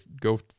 go